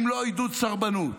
אם לא עידוד סרבנות